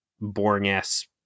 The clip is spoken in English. boring-ass